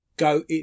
go